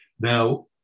Now